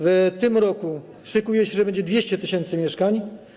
W tym roku szykuje się, że będzie 200 tys. mieszkań.